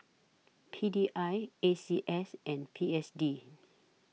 P D I A C S and P S D